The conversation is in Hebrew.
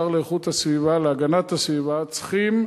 השר להגנת הסביבה, צריכים